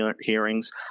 hearings